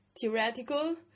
theoretical